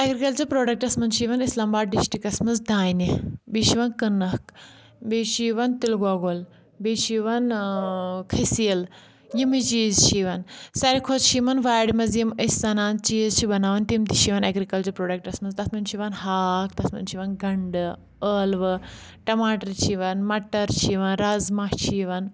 agriculture products منٛز چھُ یِوان اِسلام آباد ڈسٹرکس منٛز دانہِ بیٚیہ چھُ یِوان کٕنٕک بیٚیہ چھُ یِوان تِلہٕ گۄگُل بیٚیہِ چھُ یِوان کھٔسیٖلہٕ یِمے چیٖز چھِ یِوان ساروٟے کھۄتہٕ چھ یِمن وارِ منٛز یِم أسۍ سنان چیٖز چھِ بناوان تِم تہِ چھِ یِوان اؠگرکَلچرل پرٛوڈکٹس منٛز تَتھ منٛز چھُ یِوان ہاکھ تَتھ منٛز چُھ یِوان گنٛڈٕ ٲلوٕ ٹماٹَر چھِ یِوان مَٹر چھِ یِوان رازما چھِ یِوان